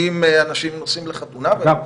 ואם אנשים נוסעים לחתונה --- אגב,